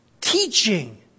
teaching